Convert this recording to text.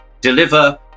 deliver